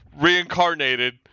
reincarnated